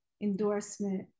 endorsement